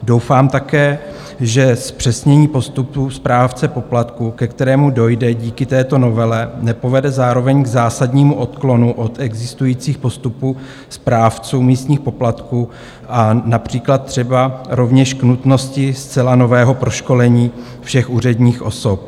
Doufám také, že zpřesnění postupů správce poplatků, ke kterému dojde díky této novele, nepovede zároveň k zásadnímu odklonu od existujících postupů správců místních poplatků a například třeba rovněž k nutnosti zcela nového proškolení všech úředních osob.